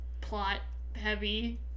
plot-heavy